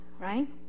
right